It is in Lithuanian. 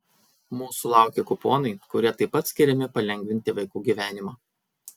mūsų laukia kuponai kurie taip pat skiriami palengvinti vaikų gyvenimą